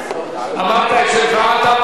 אמרת את שלך,